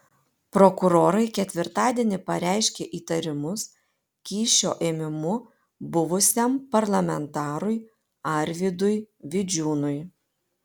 prokurorai ketvirtadienį pareiškė įtarimus kyšio ėmimu buvusiam parlamentarui arvydui vidžiūnui